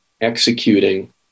executing